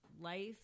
life